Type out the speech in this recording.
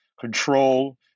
control